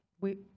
We-